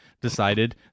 decided